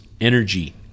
energy